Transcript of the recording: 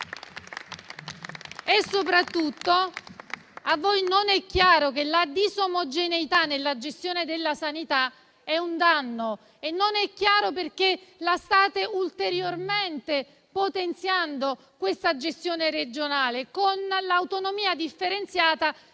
Soprattutto a voi non è chiaro che la disomogeneità nella gestione della sanità è un danno. Non è chiaro perché state ulteriormente potenziando questa gestione regionale, con l'autonomia differenziata